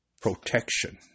protection